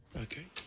Okay